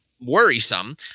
worrisome